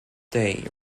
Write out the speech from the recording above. day